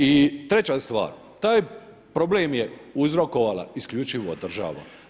I treća stvar, taj je problem je uzrokovala isključivo država.